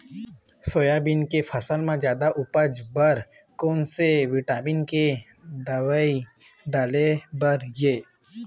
Soybean के फसल म जादा उपज बर कोन से विटामिन के दवई डाले बर ये?